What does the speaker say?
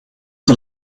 dat